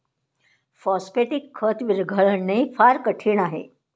phosphatic खत विरघळणे फार कठीण आहे